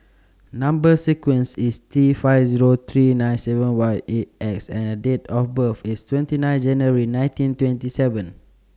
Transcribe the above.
Number sequence IS T five Zero three nine seven one eight X and Date of birth IS twenty nine January nineteen twenty seven